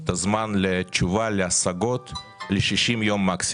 את הזמן לתשובה להשגות למקסימום 60 ימים.